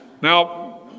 Now